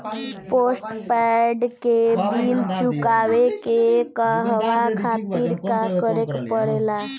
Postpaid के bill चुकावे के कहवा खातिर का करे के पड़ें ला?